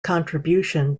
contribution